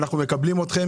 אנחנו מקבלים אתכם